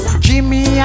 Jimmy